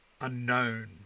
unknown